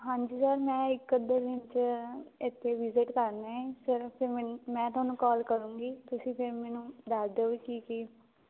ਹਾਂਜੀ ਸਰ ਮੈਂ ਇੱਕ ਅੱਧੇ ਦਿਨ 'ਚ ਇੱਥੇ ਵਿਜਿਟ ਕਰਨਾ ਏ ਫਿਰ ਫਿਰ ਮੇ ਮੈਂ ਤੁਹਾਨੂੰ ਕਾਲ ਕਰੂੰਗੀ ਤੁਸੀਂ ਫਿਰ ਮੈਨੂੰ ਦੱਸ ਦਿਓ ਵੀ ਕੀ ਕੀ